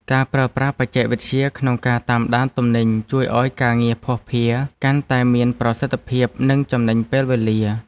ការប្រើប្រាស់បច្ចេកវិទ្យាក្នុងការតាមដានទំនិញជួយឱ្យការងារភស្តុភារកាន់តែមានប្រសិទ្ធភាព និងចំណេញពេលវេលា។